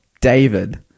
David